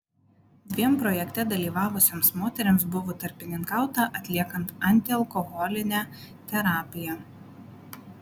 dviem projekte dalyvavusioms moterims buvo tarpininkauta atliekant antialkoholinę terapiją